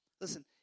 Listen